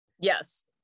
Yes